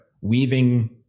weaving